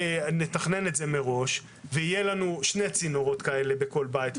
נתכנן את זה מראש כך שיהיו לנו שני צינורות כאלה בכל בית,